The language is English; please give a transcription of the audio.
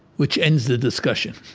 which ends the discussion.